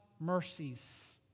mercies